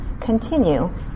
continue